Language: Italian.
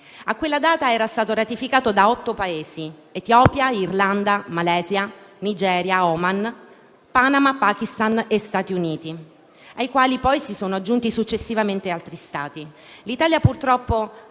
A quella data era stato ratificato da otto Paesi (Etiopia, Irlanda, Malesia, Nigeria, Oman, Panama, Pakistan e Stati Uniti), ai quali poi si sono aggiunti successivamente altri Stati. Purtroppo